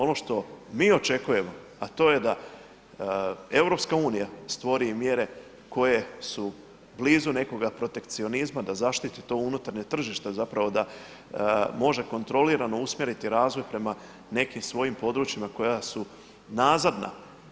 Ono što mi očekujemo, a to je da EU stvori i mjere koje su blizu nekoga protekcionizma, da zaštiti to unutarnje tržište zapravo da može kontrolirano usmjeriti razvoj prema nekim svojim područjima koja su nazadna.